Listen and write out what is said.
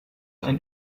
ein